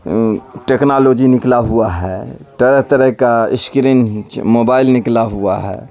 technology نکلا ہوا ہے طرح طرح کا اشکرین موبائل نکلا ہوا ہے